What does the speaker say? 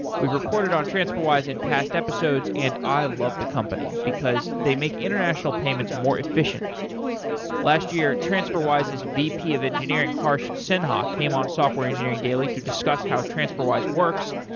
we've reported on transferwise in past episodes and i love the company because they make international payments more efficient last year, transferwise's vp of engineering harsh sinha came on software engineering daily to discuss how transferwise works.